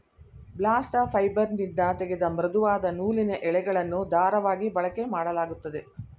bast ಫೈಬರ್ನಿಂದ ತೆಗೆದ ಮೃದುವಾದ ನೂಲಿನ ಎಳೆಗಳನ್ನು ದಾರವಾಗಿ ಬಳಕೆಮಾಡಲಾಗುತ್ತದೆ